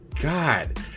God